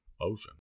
ocean